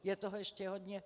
Je toho ještě hodně.